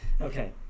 Okay